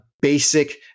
basic